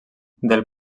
del